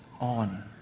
on